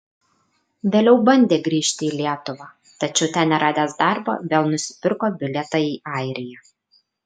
vėliau bandė grįžti į lietuvą tačiau ten neradęs darbo vėl nusipirko bilietą į airiją